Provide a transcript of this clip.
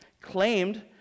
claimed